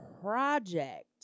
project